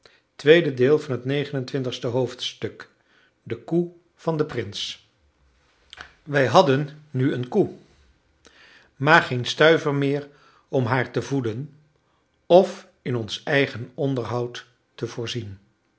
wij hadden nu eene koe maar geen stuiver meer om haar te voeden of in ons eigen onderhoud te voorzien